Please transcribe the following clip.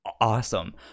awesome